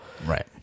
Right